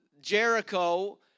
Jericho